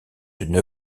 une